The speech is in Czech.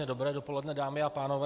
Dobré dopoledne, dámy a pánové.